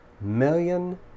million